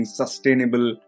sustainable